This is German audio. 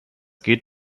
geht